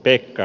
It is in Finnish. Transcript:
eikä